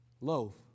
loaf